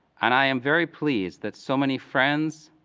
and i am very pleased that so many friends,